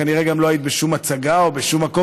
כנראה גם לא היית בשום הצגה או בשום מקום,